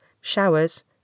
showers